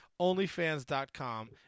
OnlyFans.com